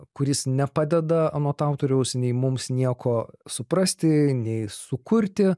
kuris nepadeda anot autoriaus nei mums nieko suprasti nei sukurti